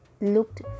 looked